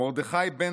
מרדכי בנטוב,